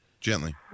Gently